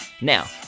Now